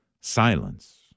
Silence